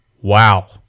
wow